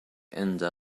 ended